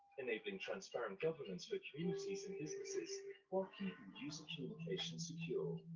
enabling transparent governance for communities and businesses while keeping user communication secure.